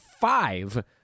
five